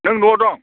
नों न'आव दं